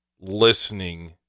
listening